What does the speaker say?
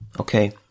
Okay